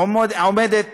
עומדת